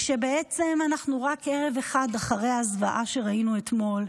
כשבעצם אנחנו רק ערב אחד אחרי הזוועה שראינו אתמול,